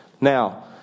Now